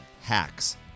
hacks